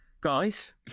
guys